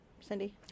Cindy